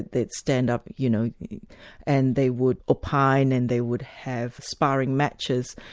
they'd stand up you know and they would opine and they would have sparring matches,